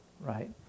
right